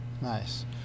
Nice